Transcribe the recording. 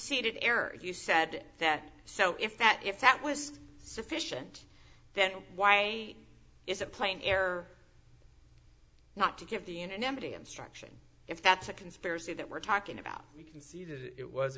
in error you said that so if that if that was sufficient then why is it playing air not to give the anonymity instruction if that's a conspiracy that we're talking about we can see that it was